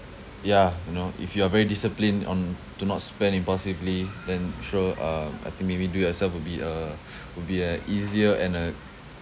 yeah you know if you are very disciplined on to not spend impulsively then sure um I think maybe do yourself would be uh would be uh easier and uh